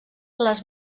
les